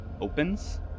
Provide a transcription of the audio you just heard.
opens